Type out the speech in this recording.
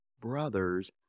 brothers